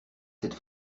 cette